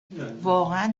واقعا